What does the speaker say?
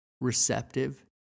receptive